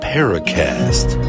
Paracast